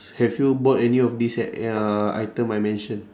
have you brought any of these a~ uh item I mentioned